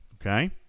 Okay